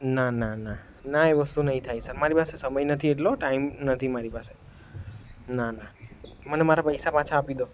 ના ના ના ના એ વસ્તુ નહીં થાય સર મારી પાસે સમય નથી એટલો ટાઈમ નથી મારી પાસે ના ના મને મારા પૈસા પાછા આપી દો